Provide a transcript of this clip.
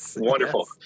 Wonderful